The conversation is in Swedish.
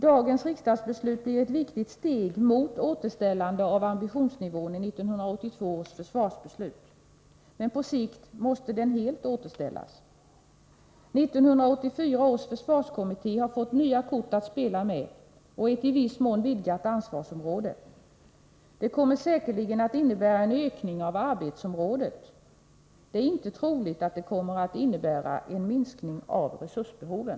Dagens riksdagsbeslut blir ett viktigt steg mot ett återställande av ambitionsnivån i 1982 års försvarsbeslut. Men på sikt måste den helt återställas. 1984 års försvarskommitté har fått nya kort att spela med och ett i viss mån vidgat ansvarsområde. Det kommer säkerligen att innebära en ökning av arbetsområdet. Det är inte troligt att det kommer att innebära en minskning av resursbehoven.